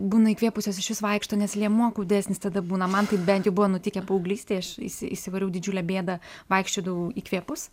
būna įkvėpusios išvis vaikšto nes liemuo kūdesnis tada būna man taip bent buvo nutikę paauglystėj aš įsi įsivariau didžiulę bėdą vaikščiodavau įkvėpus